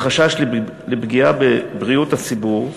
מחשש לפגיעה בבריאות הציבור,